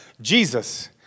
Jesus